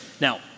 Now